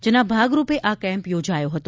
તેના ભાગરૂપે આ કેમ્પ યોજાયો હતો